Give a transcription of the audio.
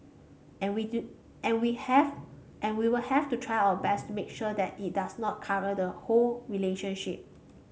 and we do and we have and we will have to try our best to make sure that it does not colour the whole relationship